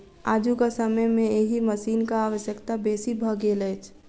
आजुक समय मे एहि मशीनक आवश्यकता बेसी भ गेल अछि